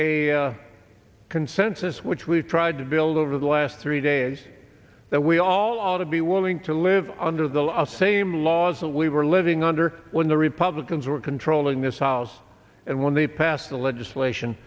up a consensus which we've tried to build over the last three days that we all ought to be willing to live under the law same laws that we were living under when the republicans were controlling this house and when they passed the legislation